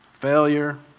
failure